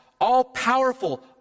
all-powerful